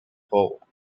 pole